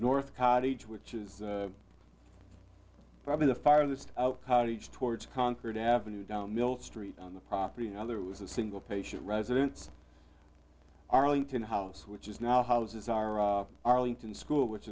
north cottage which is probably the farthest cottage towards concord avenue down mill street on the property and other was a single patient residence arlington house which is now houses are arlington school which